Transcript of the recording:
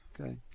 Okay